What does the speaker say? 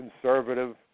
conservative